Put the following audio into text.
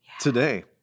today